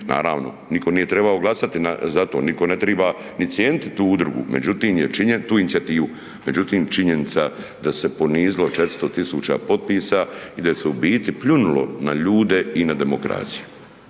Naravno, nitko nije trebao glasati za to, nitko ne triba ni cijenit tu udrugu, međutim je, tu inicijativu, međutim činjenica da se ponizilo 400.000 potpisa i da se u biti pljunulo na ljude i na demokraciju.